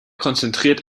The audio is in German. konzentriert